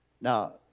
Now